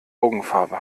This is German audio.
augenfarbe